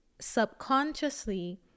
subconsciously